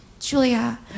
Julia